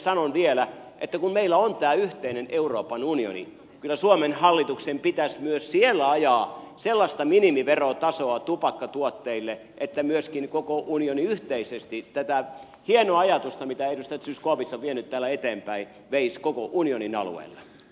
sanon vielä että kun meillä on tämä yhteinen euroopan unioni niin kyllä suomen hallituksen pitäisi myös siellä ajaa sellaista minimiverotasoa tupakkatuotteille että myöskin koko unioni yhteisesti tätä hienoa ajatusta mitä edustaja zyskowicz on vienyt täällä eteenpäin veisi koko unionin alueella